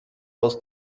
aus